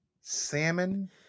salmon